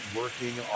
working